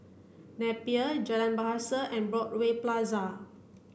Napier Jalan Bahasa and Broadway Plaza